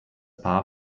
paar